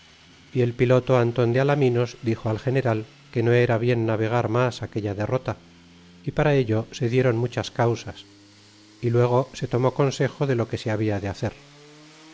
y las corrientes muchas que no podiamos ir adegeneral que no era bien navegar mas aquella derrota y para ello se dieron muchas causas y luego se tomó consejo de lo que se habla de hacer